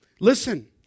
Listen